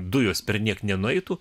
dujos perniek nenueitų